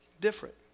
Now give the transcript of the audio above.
different